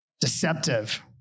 deceptive